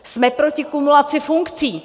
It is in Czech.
Jsme proti kumulaci funkcí!